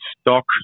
stock